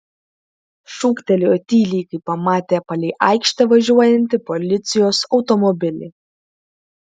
šūktelėjo tyliai kai pamatė palei aikštę važiuojantį policijos automobilį